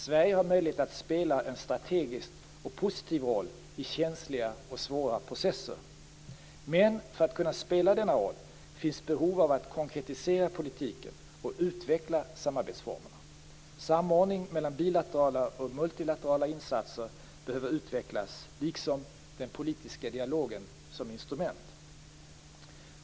Sverige har möjlighet att spela en strategisk och positiv roll i känsliga och svåra processer. Men för att kunna spela denna roll finns behov av att konkretisera politiken och utveckla samarbetsformerna. Samordning mellan bilaterala och multilaterala insatser behöver utvecklas liksom den politiska dialogen som instrument.